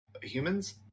humans